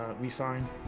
resign